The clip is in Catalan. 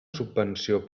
subvenció